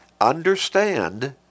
understand